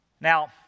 Now